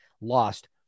lost